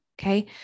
okay